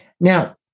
Now